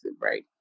right